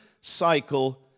cycle